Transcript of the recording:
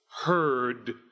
heard